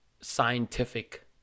scientific